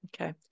Okay